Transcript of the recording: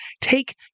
take